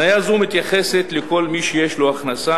התניה זו מתייחסת לכל מי שיש לו הכנסה